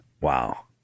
Wow